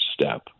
step